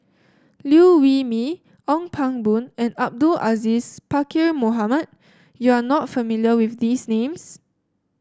Liew Wee Mee Ong Pang Boon and Abdul Aziz Pakkeer Mohamed You are not familiar with these names